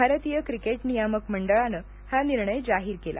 भारतीय क्रिकेट नियमाक मंडळानं हा निर्णय जाहीर केला